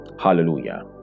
Hallelujah